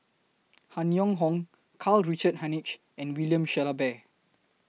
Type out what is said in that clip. Han Yong Hong Karl Richard Hanitsch and William Shellabear